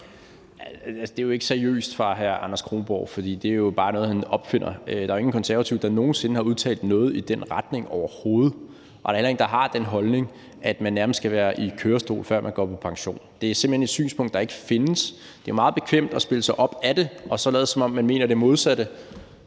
Det er jo ikke seriøst fra hr. Anders Kronborgs side, for det er jo bare noget, han opfinder. Der er jo ingen konservativ, der nogen sinde har udtalt noget i den retning overhovedet, og der er heller ingen, der har den holdning, at man nærmest skal sidde i kørestol, før man går på pension. Det er simpelt hen et synspunkt, der ikke findes. Det er meget bekvemt at spille op imod det og så lade, som om man mener det modsatte,